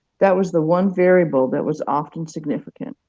that was the one variable that was often significant.